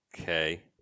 Okay